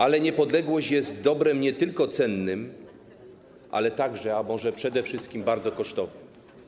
Ale niepodległość jest dobrem nie tylko cennym, ale także, a może przede wszystkim, bardzo kosztownym.